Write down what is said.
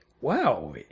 wow